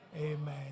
Amen